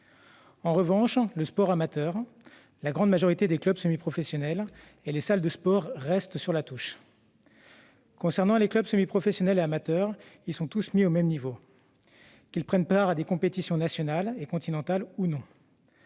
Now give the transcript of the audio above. En revanche, le sport amateur, la grande majorité des clubs semi-professionnels et les salles de sport restent sur la touche. Les clubs semi-professionnels et amateurs sont tous soumis au même régime, qu'ils prennent ou non part à des compétitions nationales ou continentales.